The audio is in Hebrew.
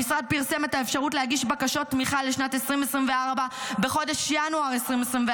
המשרד פרסם את האפשרות להגיש בקשות תמיכה לשנת 2024 בחודש ינואר 2024,